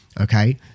okay